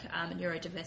neurodiversity